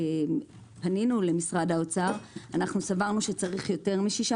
כשפנינו למשרד האוצר סברנו שצריך יותר משישה